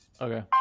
Okay